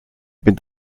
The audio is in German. mit